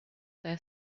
their